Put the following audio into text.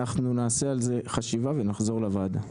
אנחנו נעשה על זה חשיבה ונחזור לוועדה.